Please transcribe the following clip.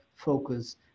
focus